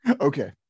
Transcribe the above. Okay